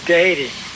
dating